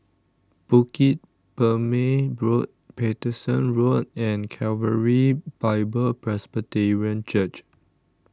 Bukit Purmei Road Paterson Road and Calvary Bible Presbyterian Church